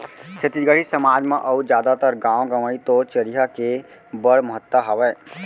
छत्तीसगढ़ी समाज म अउ जादातर गॉंव गँवई तो चरिहा के बड़ महत्ता हावय